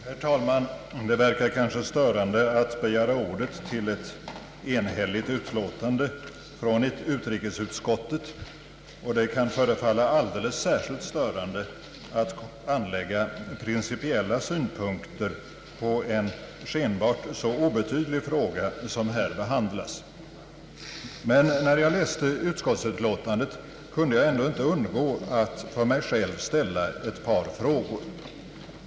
Herr talman! Det verkar kanske störande att begära ordet till ett enhälligt utlåtande från utrikesutskottet, och det kan förefallar alldeles särskilt störande att anlägga principiella synpunkter på en skenbart så obetydlig fråga som den vilken här behandlas. När jag läste utskottsutlåtandet kunde jag emellertid inte undgå att för mig själv ställa ett par frågor.